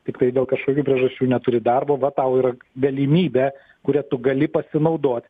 tiktai dėl kažkokių priežasčių neturi darbo va tau yra galimybė kuria tu gali pasinaudot